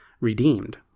redeemed